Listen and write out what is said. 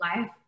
life